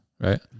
right